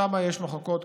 שם יש מחלוקות